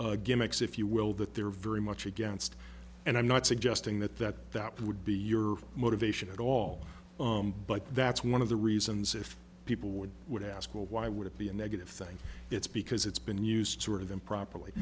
political gimmicks if you will that they're very much against and i'm not suggesting that that would be your motivation at all but that's one of the reasons if people would would ask why would it be a negative thing it's because it's been used sort of improperly